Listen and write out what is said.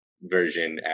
version